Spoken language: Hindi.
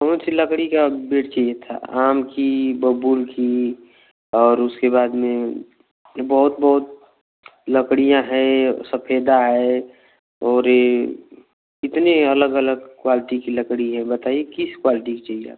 कौन सी लकड़ी का बेड चाहिए था आम की बबूल की और उसके बाद में बहुत बहुत लकड़ियाँ हैं सफेदा है ओर यह इतनी अलग अलग क्वाल्टी की लकड़ी है बताइए किस क्वाल्टी की चाहिए आपको